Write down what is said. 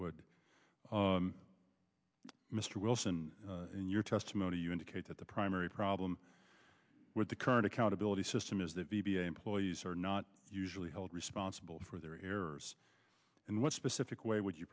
would mr wilson in your testimony you indicate that the primary problem with the current accountability system is that v b employees are not usually held responsible for their errors and what specific way would you